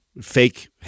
fake